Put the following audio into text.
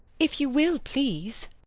if you will, please.